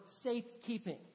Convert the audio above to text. safekeeping